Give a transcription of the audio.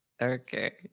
Okay